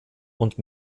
und